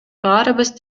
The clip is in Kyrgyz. баарыбыз